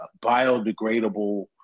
biodegradable